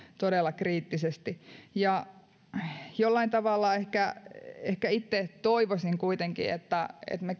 todella kriittisesti jollain tavalla ehkä ehkä itse toivoisin kuitenkin että me